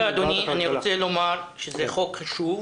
אני רוצה לומר שזה חוק חשוב.